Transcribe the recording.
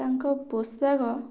ତାଙ୍କ ପୋଷାକ